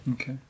Okay